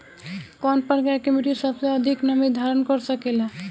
कौन प्रकार की मिट्टी सबसे अधिक नमी धारण कर सकेला?